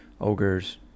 ogres